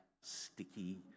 sticky